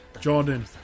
Jordan